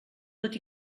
tot